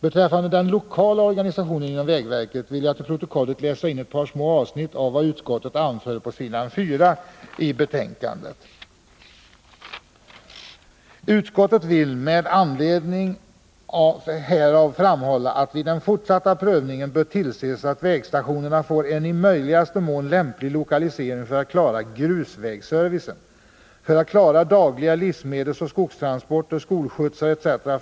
Beträffande den lokala organisationen inom vägverket vill jag till protokollet läsa in ett avsnitt av vad utskottet anför på s. 4 i betänkandet: ”Utskottet vill med anledning härav framhålla att vid den fortsatta prövningen bör tillses att vägstationerna får en i möjligaste mån lämplig lokalisering för att klara grusvägsservicen. För att klara dagliga livsmedelsoch skogstransporter, skolskjutsar etc.